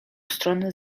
stron